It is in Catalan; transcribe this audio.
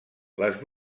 les